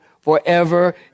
forever